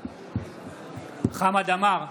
בעד חמד עמאר,